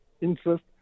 interest